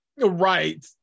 Right